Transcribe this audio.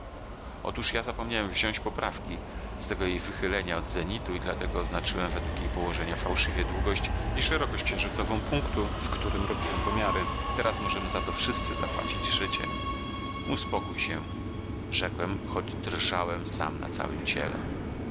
otóż ja zapomniałem wziąć poprawki z tego jej wychylenia od zenitu i dlatego oznaczyłem według jej położenia fałszywie długość i szerokość księżycową punktu w którym robiłem pomiary teraz możemy za to wszyscy zapłacić życiem uspokój się rzekłem choć drżałem sam na całem ciele